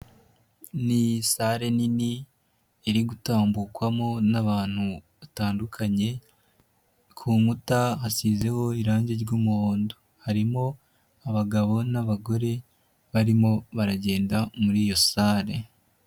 Ni salle nini iri gutambukwamo n'abantu batandukanye, ku nkuta hasizeho irangi ry'umuhondo ,harimo abagabo n'abagore barimo baragenda muri iyo salle.